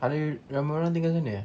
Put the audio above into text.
ada ramai orang tinggal sana eh